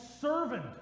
servant